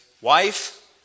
wife